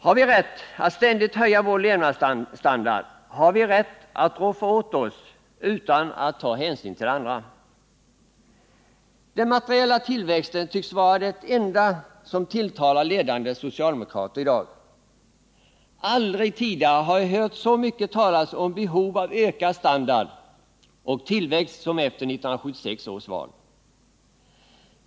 Har vi rätt att ständigt höja vår levnadsstandard, har vi rätt att roffa åt oss utan att ta hänsyn till andra? Den materiella tillväxten tycks vara det enda som tilltalar ledande socialdemokrater i dag. Aldrig tidigare har jag hört så mycket talas om behov av ökad standard och tillväxt som efter 1976 års val.